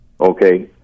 okay